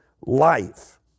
life